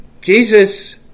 Jesus